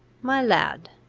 my lad,